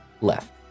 left